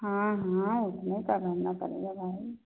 हाँ हाँ उसमें क्या भरना पड़ेगा भाई